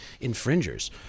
infringers